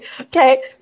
Okay